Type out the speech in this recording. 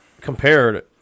compared